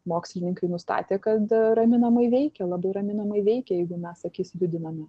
mokslininkai nustatė kad raminamai veikia labai raminamai veikia jeigu mes akis judiname